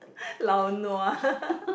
lao nua